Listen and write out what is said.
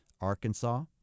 Arkansas